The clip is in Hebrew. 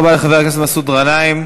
תודה רבה לחבר הכנסת מסעוד גנאים.